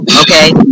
Okay